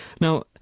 now